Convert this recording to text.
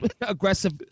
aggressive